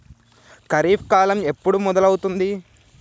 ఖరీఫ్ కాలం ఎప్పుడు మొదలవుతుంది?